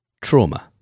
trauma